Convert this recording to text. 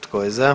Tko je za?